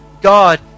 God